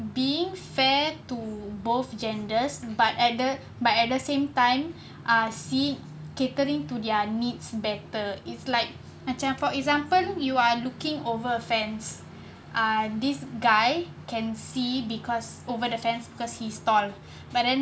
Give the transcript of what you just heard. being fair to both genders but added but at the same time ah seek catering to their needs better it's like macam for example you're looking over fence ah this guy can see because over the fence because he's tall but then